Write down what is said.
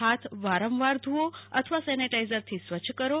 હાથ વારંવાર ધોવો અથવા સેનેટાઈઝર થી સ્વચ્છ કરો